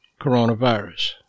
coronavirus